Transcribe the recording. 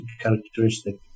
characteristic